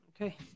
Okay